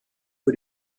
für